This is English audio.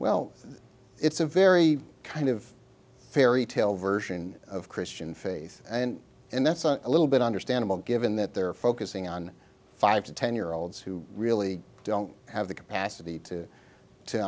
well it's a very kind of fairy tale version of christian faith and and that's a little bit understandable given that they're focusing on five to ten year olds who really don't have the capacity to